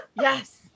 Yes